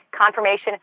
confirmation